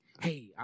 Hey